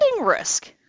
risk